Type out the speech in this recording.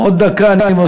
עוד דקה אני מוסיף לך.